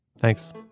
Thanks